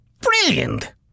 Brilliant